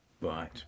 Right